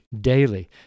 daily